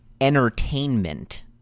entertainment